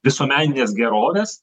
visuomeninės gerovės